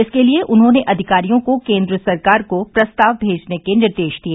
इसके लिए उन्होंने अधिकारियों को केन्द्र सरकार को प्रस्ताव भेजने के निर्देश दिए